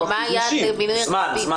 מבחינת זמן.